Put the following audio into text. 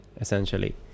essentially